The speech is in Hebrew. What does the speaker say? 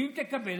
אם תקבל,